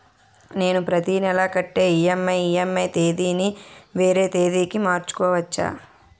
నేను నా ప్రతి నెల కట్టే ఈ.ఎం.ఐ ఈ.ఎం.ఐ తేదీ ని వేరే తేదీ కి మార్చుకోవచ్చా?